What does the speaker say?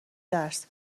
درس